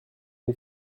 m’y